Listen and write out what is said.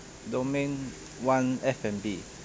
domain one F&B